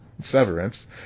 severance